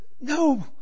No